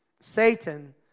Satan